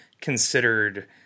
considered